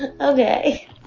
Okay